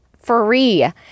free